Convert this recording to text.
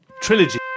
trilogy